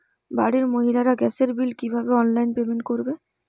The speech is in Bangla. বাড়ির মহিলারা গ্যাসের বিল কি ভাবে অনলাইন পেমেন্ট করবে?